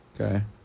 Okay